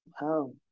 Wow